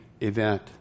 event